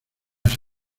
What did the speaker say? esas